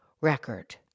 record